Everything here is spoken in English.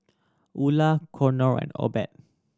Ula Conor and Obed